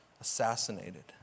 assassinated